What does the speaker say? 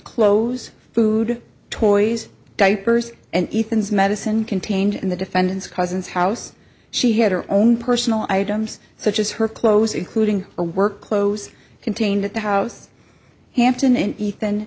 clothes food toys diapers and ethan's medicine contained in the defendant's cousin's house she had her own personal items such as her clothes including her work clothes contained at the house hampton inn ethan